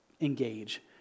engage